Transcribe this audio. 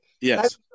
Yes